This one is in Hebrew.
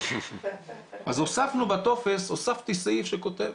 הוספנו בטופס סעיף שכותב,